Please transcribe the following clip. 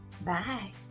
bye